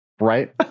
Right